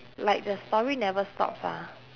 like the story never stops ah